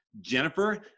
Jennifer